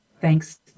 Thanks